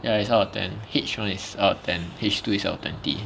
ya it's out of ten H one is out of ten H two is out of twenty